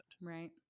Right